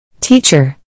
Teacher